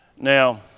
Now